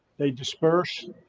they disperse.